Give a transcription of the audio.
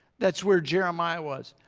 that's where jeremiah was.